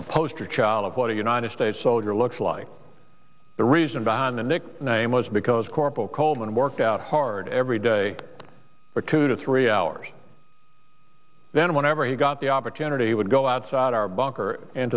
a poster child of what a united states soldier looks like the reason behind the nickname was because corporal coleman worked out hard every day for two to three hours then whenever he got the opportunity would go outside our bunker